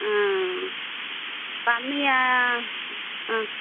கம்மியாக ஆ